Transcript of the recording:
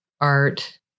art